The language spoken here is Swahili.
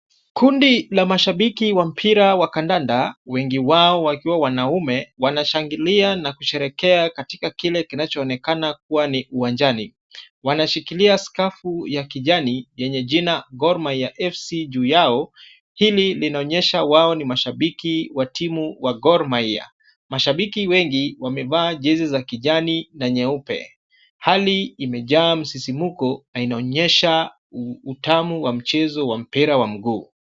Kundi la mashabiki wa mpira wa kandanda wengi wao wakiwa wanaume wanashangilia na kusherehekea katika kile kinachoonekana kuwa ni uwanjani. Wanashikilia skafu ya kijani yenye jina Gor mahia FC juu yao hili linaonyesha wao ni mashabiki wa timu wa Gor mahia. Mashabiki wengi wamevaa jezi za kijani na nyeupe. Hali imejaa msisimko inaonyesha utamu wa mchezo wa mpira wa mguu.